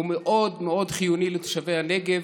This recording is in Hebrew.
הוא מאוד מאוד חיוני לתושבי הנגב.